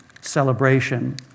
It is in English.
celebration